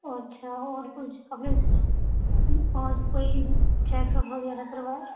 اچھا اور کچھ ابھی اور کوئی کیا سب ہو رہا ہے بتائیے آپ